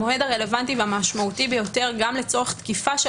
המועד הרלוונטי והמשמעותי ביותר גם לצורך תקיפה של